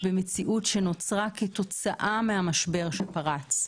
על מציאות שנוצרה כתוצאה מהמשבר שפרץ.